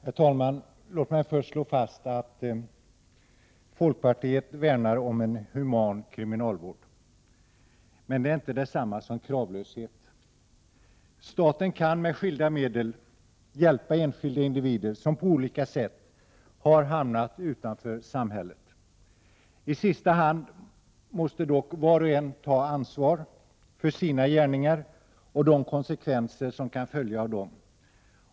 Prot. 1988/89:103 Herr talman! Låt mig först slå fast att folkpartiet värnar om en human 25 april 1989 kriminalvård. Men det är inte detsamma som kravlöshet. Staten kan med z ök RE nde å Ne LJ Anslag till kriminalvårskilda medel hjälpa enskilda individer som på olika sätt har hamnat utanför i 5 - SKOR den och brottsföresamhället. I sista hand måste dock var och en ta ansvar för sina gärningar och byggande rådet ta de konsekvenser som kan följa av dem.